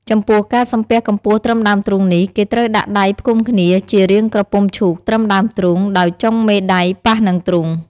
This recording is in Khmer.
ចំពោះការសំពះកម្ពស់ត្រឹមដើមទ្រូងនេះ គេត្រូវដាក់ដៃផ្គុំគ្នាជារាងក្រពុំឈូកត្រឹមដើមទ្រូង ដោយចុងមេដៃប៉ះនឹងទ្រូង។